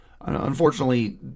Unfortunately